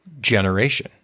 generation